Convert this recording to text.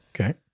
Okay